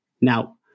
Now